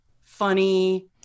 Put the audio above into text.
funny